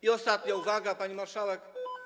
I ostatnia uwaga, pani marszałek.